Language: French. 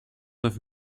neuf